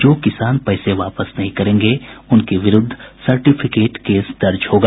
जो किसान पैसे वापस नहीं करेंगे उनके विरुद्ध सटिर्फिकेट केस दर्ज होगा